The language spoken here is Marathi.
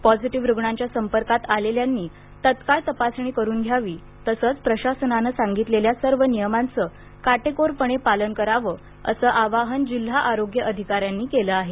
पॉझिटिव्ह रुग्णांच्या संपर्कात आलेल्यांनी तत्काळ तपासणी करुन घ्यावी तसंच प्रशासनानं सांगितलेल्या सर्व नियमांचं काटेकोरपणे पालन करावं असं आवाहन जिल्हा आरोग्य अधिकाऱ्यांनी केलं आहे